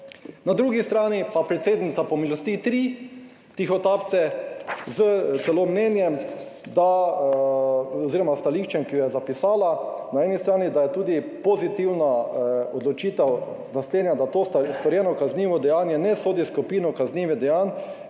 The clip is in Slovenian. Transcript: na drugi strani pa predsednica pomilosti tri tihotapce s celo mnenjem, da oziroma s stališčem, ki ga je zapisala, na eni strani, da je tudi pozitivna odločitev naslednja, da to storjeno kaznivo dejanje ne sodi v skupino kaznivih dejanj,